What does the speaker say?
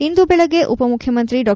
ಇಂದು ಬೆಳಗ್ಗೆ ಉಪ ಮುಖ್ಯಮಂತ್ರಿ ಡಾ